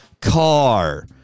car